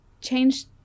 change